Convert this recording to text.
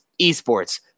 eSports